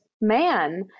man